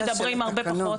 אנחנו מדברים על הרבה פחות.